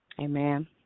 Amen